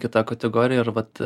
kita kategorija ar vat